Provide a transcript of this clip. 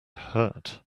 hurt